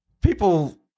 people